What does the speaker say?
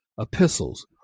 epistles